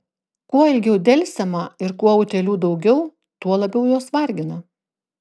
kuo ilgiau delsiama ir kuo utėlių daugiau tuo labiau jos vargina